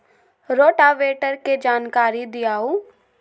Rotavator के जानकारी दिआउ?